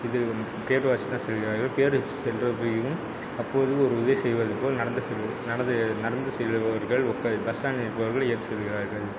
இது தான் செல்கிறார்கள் வச்சு சென்றபிறகும் அப்போது ஒரு உதவி செய்வது போல் நடந்து சென்று நடந்து நடந்து செல்லுபவர்கள் பஸ் ஸ்டாண்ட் இருப்பவர்கள் ஏற்றி வருகிறார்கள்